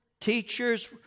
teachers